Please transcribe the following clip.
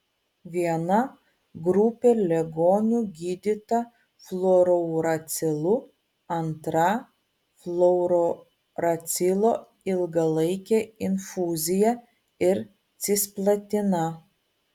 viena grupė ligonių gydyta fluorouracilu antra fluorouracilo ilgalaike infuzija ir cisplatina